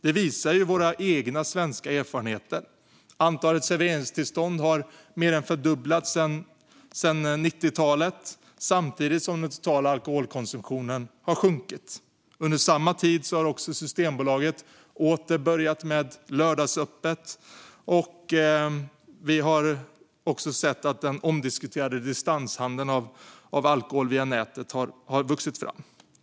Det visar våra egna svenska erfarenheter. Antalet serveringstillstånd har mer än fördubblats sedan 90-talet samtidigt som den totala alkoholkonsumtionen har minskat. Under samma tid har också Systembolaget åter börjat med lördagsöppet. Vi har också sett att den omdiskuterade distanshandeln av alkohol via nätet har vuxit fram.